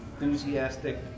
enthusiastic